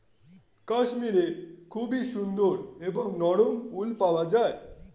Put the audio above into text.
কাশ্মীরে খুবই সুন্দর এবং নরম উল পাওয়া যায়